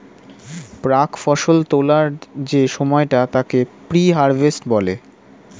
প্রাক্ ফসল তোলার যে সময়টা তাকে প্রি হারভেস্ট বলে